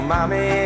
Mommy